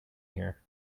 here